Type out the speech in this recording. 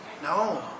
No